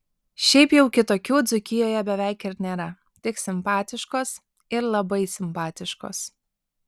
šiaip jau kitokių dzūkijoje beveik ir nėra tik simpatiškos ir labai simpatiškos